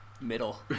middle